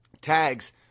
tags